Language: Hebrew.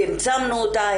צמצמנו אותה,